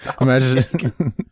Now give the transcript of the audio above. imagine